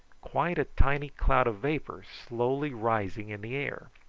quite a tiny cloud of vapour slowly rising in the air.